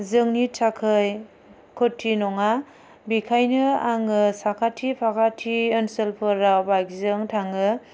जोंनि थाखै खथि नङा बेखायनो आङो साखाथि फाखाथि ओनसोलफोराव बाइकजों थाङो